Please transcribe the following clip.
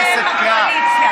חבר הכנסת פינדרוס,